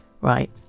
right